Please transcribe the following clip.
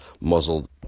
muzzled